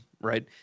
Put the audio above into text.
right